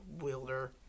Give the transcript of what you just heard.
wielder